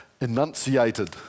enunciated